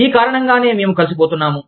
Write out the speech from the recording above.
ఈ కారణంగానే మేము కలిసిపోతున్నాము